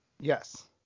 Yes